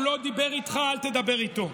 הוא לא דיבר איתך, אל תדבר איתו,